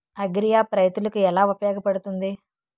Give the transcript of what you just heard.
Agri app రైతులకి ఏలా ఉపయోగ పడుతుంది?